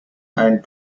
ein